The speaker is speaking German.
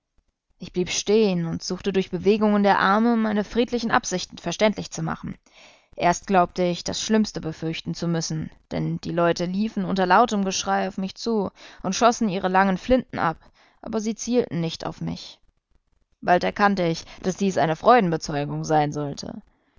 ich blieb stehen und suchte durch bewegungen der arme meine friedlichen absichten verständlich zu machen erst glaubte ich das schlimmste befürchten zu müssen denn die leute liefen unter lautem geschrei auf mich zu und schossen ihre langen flinten ab aber sie zielten nicht auf mich bald erkannte ich daß dies eine freudenbezeugung sein sollte